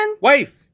Wife